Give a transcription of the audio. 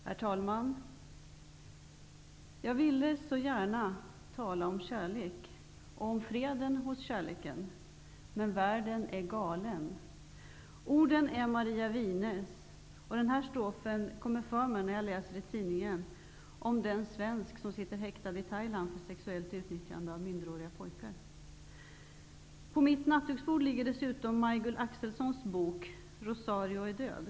Herr talman! Jag vill inleda med ett citat: ''Jag ville så gärna tala om kärlek men världen är galen.'' Orden är Maria Wines. Den här strofen kommer för mig när jag läser i tidningen om den svensk som sitter häktad i Thailand för sexuellt utnyttjande av minderåriga pojkar. På mitt nattduksbord ligger Maj-Gull Axelssons bok ''Rosario är död''.